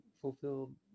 fulfilled